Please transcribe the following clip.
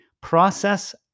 process